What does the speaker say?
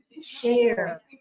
Share